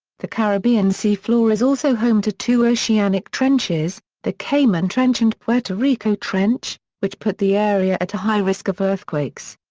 the caribbean sea floor is also home to two oceanic trenches the cayman trench and puerto rico trench, which put the area at a high risk of earthquakes.